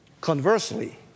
Conversely